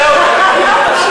תן לו להקריא את השמות.